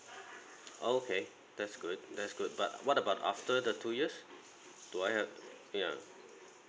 okay that's good that's good but what about after the two years do I have ya